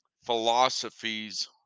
philosophies